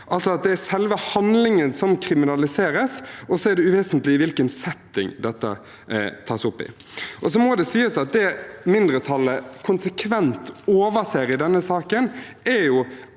Det er selve handlingen som kriminaliseres, og så er det uvesentlig hvilken setting dette tas opp i. Det må sies at det mindretallet konsekvent overser i denne saken, er